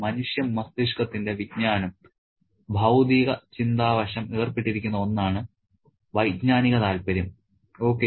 മനുഷ്യ മസ്തിഷ്കത്തിന്റെ വിജ്ഞാനം ബൌദ്ധിക ചിന്താ വശം ഏർപ്പെട്ടിരിക്കുന്ന ഒന്നാണ് വൈജ്ഞാനിക താൽപ്പര്യം ഓക്കേ